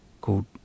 called